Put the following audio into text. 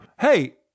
Hey-